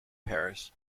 paris